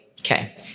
Okay